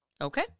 Okay